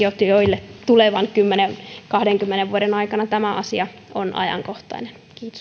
joille tulevan kymmenen viiva kahdenkymmenen vuoden aikana tämä asia on ajankohtainen